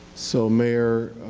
so, mayor,